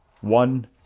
one